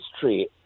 history